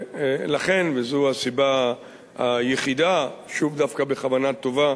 לכן, וזו הסיבה היחידה, שוב, דווקא בכוונה טובה,